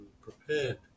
prepared